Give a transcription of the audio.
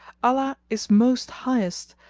allah is most highest!